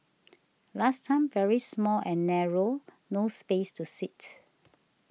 last time very small and narrow no space to sit